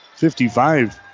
55